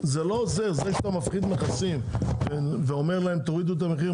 זה לא עוזר זה שאתה מפחית מכסים ואומר להם להוריד את המחיר.